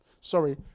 Sorry